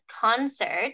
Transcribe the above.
concert